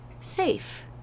safe